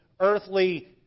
Earthly